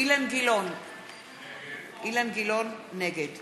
אילן גילאון, נגד